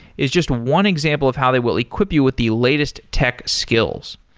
is just one example of how they will equip you with the latest tech skills.